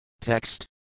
Text